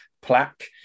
plaque